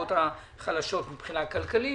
לשכבות החלשות מבחינה כלכלית